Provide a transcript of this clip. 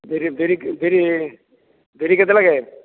ବିରି ବିରି ବିରି ବିରି କେତେ ଲେଖାଏଁ